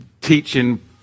teaching